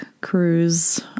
cruise